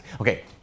Okay